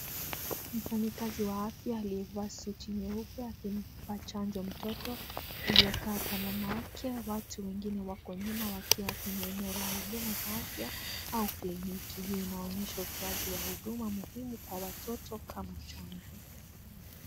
Mfanyi kazi wa afya aliyevaa suti nyeupe akimpa chanjo mtoto aliyekaa kwa mamake, watu wengine wako nyuma wakiwa kwenye eneo la huduma za afya au kliniki hii inaonyesha utoaji wa huduma muhimu kwa watoto kama chanjo.